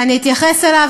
אתייחס אליו,